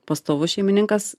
pastovus šeimininkas